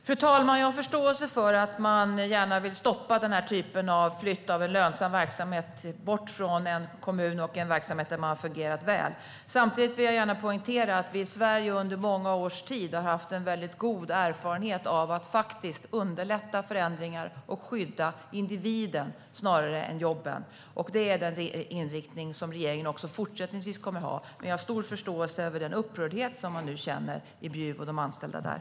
Fru talman! Jag har förståelse för att man gärna vill stoppa den här typen av flytt av en lönsam verksamhet som har fungerat väl bort från en kommun. Samtidigt vill jag gärna poängtera att vi i Sverige under många års tid har haft en god erfarenhet av att underlätta förändringar och skydda individen snarare än jobben, och det är den inriktning som regeringen också fortsättningsvis kommer att ha. Men jag har stor förståelse för den upprördhet som man nu känner i Bjuv och de anställda där.